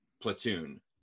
platoon